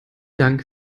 dank